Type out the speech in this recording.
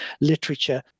literature